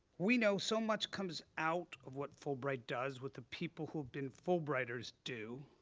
we know so much comes out of what fulbright does with the people who've been fulbrighters do.